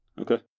Okay